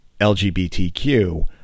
lgbtq